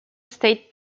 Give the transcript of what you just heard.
state